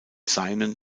seinen